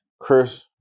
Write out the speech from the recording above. Chris